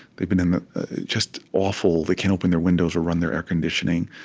they've been in just awful they can't open their windows or run their air conditioning.